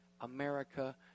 America